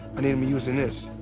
i need him using this.